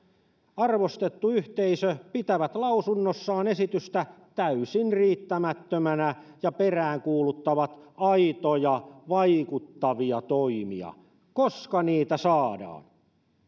arvostettu yhteisö pitävät lausunnossaan esitystä täysin riittämättömänä ja peräänkuuluttavat aitoja vaikuttavia toimia koska niitä saadaan